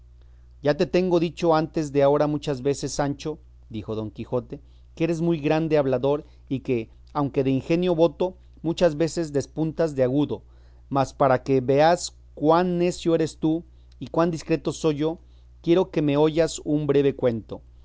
ya te tengo dicho antes de agora muchas veces sancho dijo don quijoteque eres muy grande hablador y que aunque de ingenio boto muchas veces despuntas de agudo mas para que veas cuán necio eres tú y cuán discreto soy yo quiero que me oyas un breve cuento